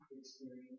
experience